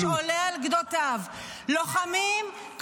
תראו, עובדות סוציאליות יש לי עד פה.